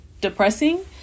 depressing